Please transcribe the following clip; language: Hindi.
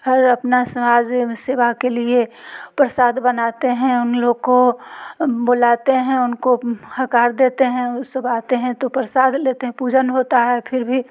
हर अपना समाज सेवा के लिए प्रसाद बनाते हैं उन लोग को बुलाते हैं उनको हकार देते हैं उस सब आते हैं तो प्रसाद लेते हैं पूजन होता है फिर भी